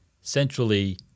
centrally